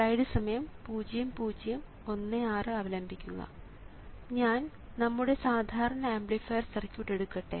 ഞാൻ നമ്മുടെ സാധാരണ ആംപ്ലിഫയർ സർക്യൂട്ട് എടുക്കട്ടെ